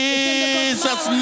Jesus